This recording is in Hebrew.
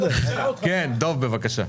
כן דב בבקשה.